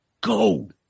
go